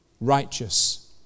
righteous